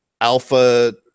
Alpha